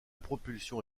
propulsion